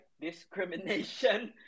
discrimination